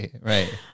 right